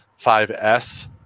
5S